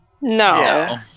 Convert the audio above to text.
no